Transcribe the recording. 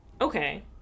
Okay